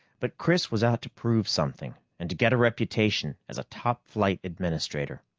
but chris was out to prove something, and to get a reputation as a top-flight administrator.